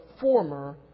former